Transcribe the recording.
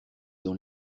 dans